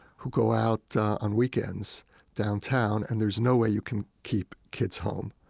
who go out on weekends downtown. and there's no way you can keep kids home,